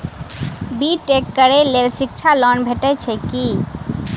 B Tech करै लेल शिक्षा लोन भेटय छै की?